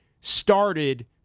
started